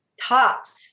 tops